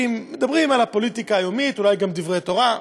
מדברים על הפוליטיקה היומית, אולי גם דברי תורה.